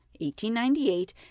1898